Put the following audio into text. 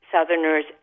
Southerners